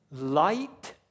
Light